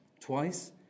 twice